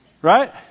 Right